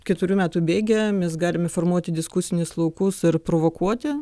keturių metų bėgyje mes galime formuoti diskusinius laukus ir provokuoti